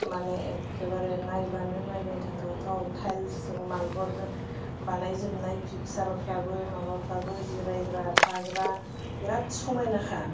माने एख्खेबारे नायबानो नायबाय थाथावथाव टाइल्सजों मार्बलजों बानायजोबनाय पिकचारफ्राबो माबाफ्राबो जिरायग्रा थाग्रा बिराद समायनाखा